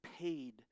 paid